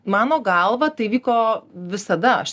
mano galva tai vyko visada aš